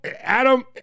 Adam